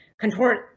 contort